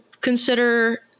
consider